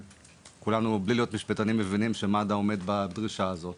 וכולנו בלי להיות משפטנים מבינים שמד"א עומד בדרישה הזו.